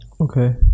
Okay